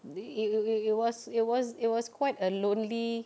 it it it it was it was quite a lonely